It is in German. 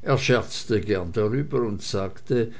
er scherzte gern darüber und sagte